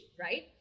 right